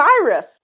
Cyrus